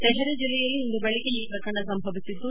ತೆಹರಿ ಜಿಲ್ಲೆಯಲ್ಲಿ ಇಂದು ದೆಳಗ್ಗೆ ಈ ಪ್ರಕರಣ ಸಂಭವಿಸಿದ್ದು